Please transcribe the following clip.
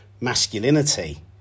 masculinity